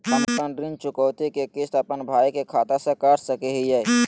हम अपन ऋण चुकौती के किस्त, अपन भाई के खाता से कटा सकई हियई?